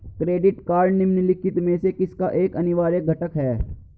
Credit card निम्नलिखित में से किसका एक अनिवार्य घटक है?